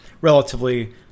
relatively